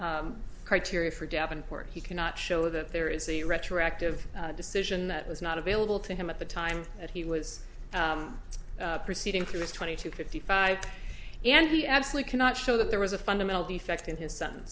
two criteria for davenport he cannot show that there is a retroactive decision that was not available to him at the time that he was proceeding through his twenty two fifty five and he absolutely cannot show that there was a fundamental defect in his son